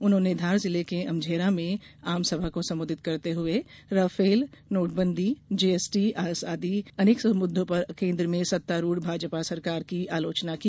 उन्होंने धार जिले के अमझेरा में आम सभा को संबोधित करते हुए राफेल नोटबंदी जीएसटी सहित अनेक मुद्दों पर केन्द्र में सत्तारूढ़ भाजपा सरकार की आलोचना की